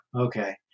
okay